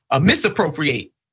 misappropriate